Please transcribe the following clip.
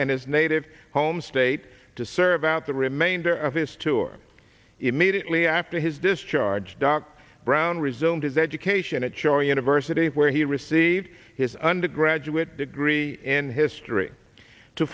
and his native home state to serve out the remainder of his tour immediately after his discharge doc brown resumed his education at show university where he received his undergraduate degree in history to